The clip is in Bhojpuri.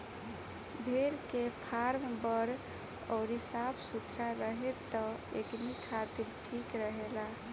भेड़ के फार्म बड़ अउरी साफ सुथरा रहे त एकनी खातिर ठीक रहेला